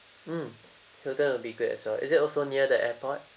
mm hilton would be good as well is it also near the airport